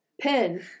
pen